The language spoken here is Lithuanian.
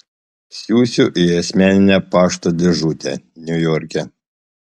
siųsiu į asmeninę pašto dėžutę niujorke